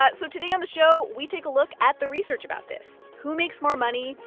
but so today on the show, we take a look at the research about this. who makes more money,